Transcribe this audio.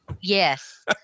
Yes